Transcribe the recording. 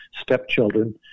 stepchildren